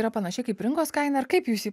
yra panašiai kaip rinkos kaina ar kaip jūs jį